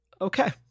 okay